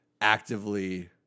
actively